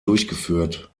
durchgeführt